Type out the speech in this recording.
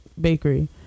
bakery